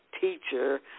teacher